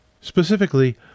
specifically